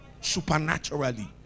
Supernaturally